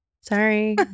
sorry